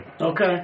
Okay